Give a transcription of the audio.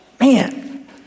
Man